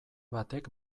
batek